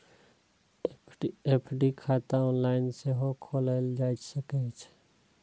FD खाता online सेहो खोलाएल जा सकै छै